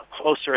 closer